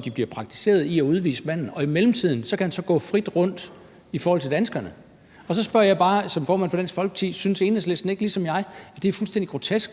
de bliver praktiseret, forhindrer os i at udvise manden, og i mellemtiden kan han så gå frit rundt blandt danskerne. Så spørger jeg bare som formand for Dansk Folkeparti: Synes Enhedslisten ikke ligesom jeg, at det er fuldstændig grotesk?